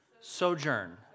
sojourn